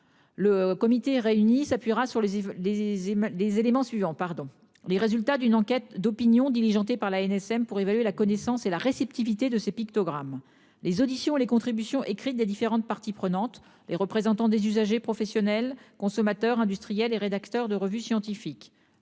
Le comité réuni s'appuiera sur les les et les éléments suivants, pardon les résultats d'une enquête d'opinion diligentée par l'ANSM pour évaluer la connaissance et la réceptivité de ces pictogrammes les auditions les contributions écrites des différentes parties prenantes, les représentants des usagers professionnels consommateurs industriels et rédacteur de revues scientifiques